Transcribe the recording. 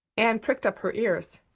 anne pricked up her ears,